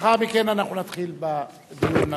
לאחר מכן אנחנו נתחיל בדיון הכללי,